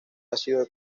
ácido